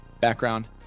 background